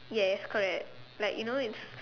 yes correct like you know in s~